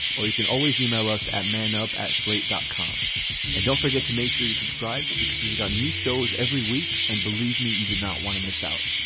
or you can always e-mail us at man up at slate dot com and don't forget to make sure you subscribe to because we've got new shows every week. and believe me, you do not want to miss out.